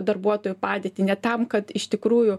darbuotojų padėtį ne tam kad iš tikrųjų